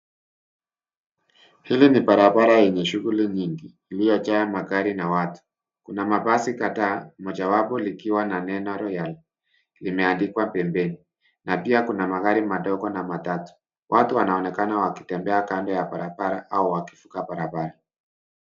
Hili ni barabara yenye shughuli nyingi, iliyojaa magari na watu. Kuna mabasi kadhaa, mojawapo likiwa na neno Royal limeandikwa pembeni. Na pia kuna magari madogo na matatu. Watu wanaonekana wakitembea kando ya barabara au wakivuka barabara.